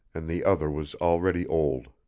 and the other was already old.